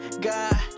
God